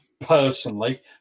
personally